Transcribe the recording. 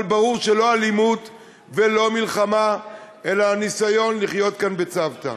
אבל ברור שלא אלימות ולא מלחמה אלא ניסיון לחיות כאן בצוותא.